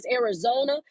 Arizona